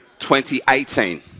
2018